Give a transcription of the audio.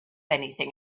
anything